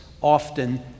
often